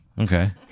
Okay